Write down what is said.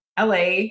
la